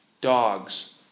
Dogs